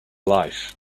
life